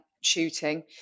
shooting